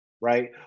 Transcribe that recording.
right